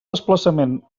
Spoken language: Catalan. desplaçament